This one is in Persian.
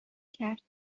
کرد